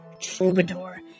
troubadour